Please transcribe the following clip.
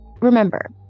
remember